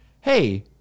hey